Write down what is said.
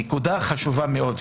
נקודה חשובה מאוד,